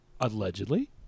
Allegedly